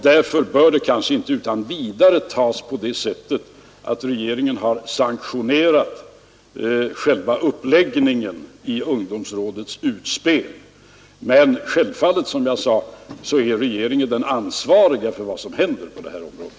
Därför bör det som hänt inte utan vidare uppfattas som att regeringen har sanktionerat själva uppläggningen av ungdomsrådets utspel. Men självfallet, som jag sade, är regeringen ansvarig för vad som sker på det här området.